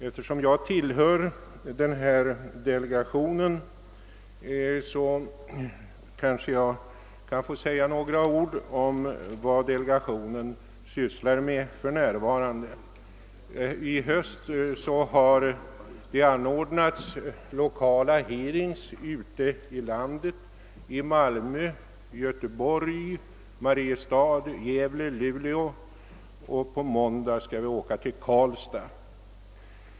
Eftersom jag tillhör delegationen, kanske jag kan få säga några ord om vad den sysslar med för närvarande. I höst har det anordnats lokala hearings ute i landet, i Malmö, Göteborg, Mariestad, Gävle och Luleå, och på måndag skall vi åka till Karlstad.